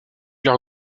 leur